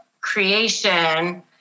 creation